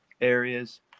areas